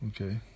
Okay